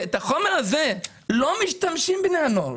הזה לא משתמשים בני הנוער.